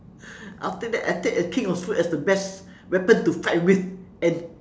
after that I take the king of fruits as the best weapon to fight with and